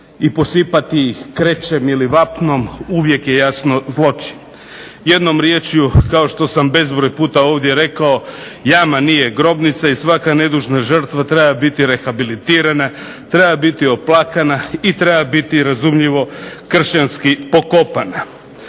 i posipati ih krečem ili vapnom uvijek je jasno zločin. Jednom riječju kao što sam puno puta ovdje rekao jama nije grobnica i svaka nedužna žrtva treba biti rehabilitirana, treba biti oplakana i treba biti razumljivo kršćanski pokopana.